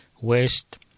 west